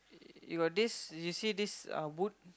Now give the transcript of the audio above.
you got this you see this uh wood